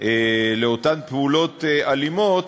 לאותן פעולות אלימות.